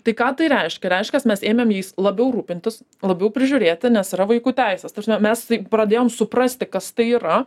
tai ką tai reiškia reiškias mes ėmėm jais labiau rūpintis labiau prižiūrėti nes yra vaikų teisės ta prasme mes tai pradėjom suprasti kas tai yra